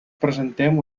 presentem